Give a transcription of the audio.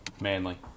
Manly